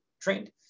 trained